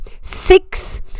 six